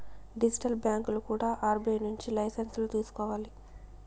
digital బ్యాంకులు కూడా RBI నుంచి లైసెన్సులు తీసుకోవాలి